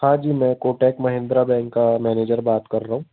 हाँ जी मैं कोटक महिंद्रा बैंक का मैनेजर बात कर रहा हूँ